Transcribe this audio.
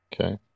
Okay